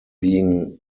being